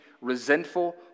resentful